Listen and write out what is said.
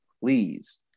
Please